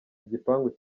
igipangu